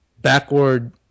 backward